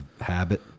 habit